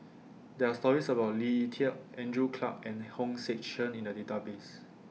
There Are stories about Lee Tieng Andrew Clarke and Hong Sek Chern in The Database